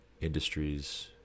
industries